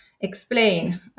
explain